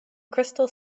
crystal